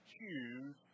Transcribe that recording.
choose